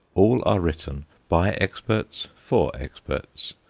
all are written by experts for experts.